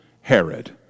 Herod